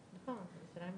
בוודאי.